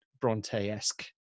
bronte-esque